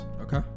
Okay